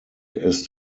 ist